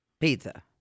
Pizza